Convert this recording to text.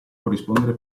corrispondere